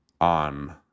on